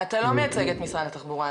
אתה לא מייצג את משרד התחבורה,